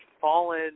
fallen